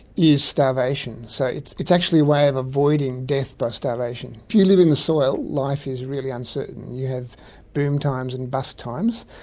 is starvation. so it's it's actually a way of avoiding death by starvation. if you live in the soil, life is really uncertain. you have boom times and bust times,